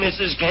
Mrs